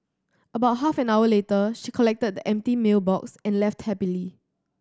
about half an hour later she collected the empty meal box and left happily